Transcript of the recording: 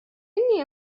إني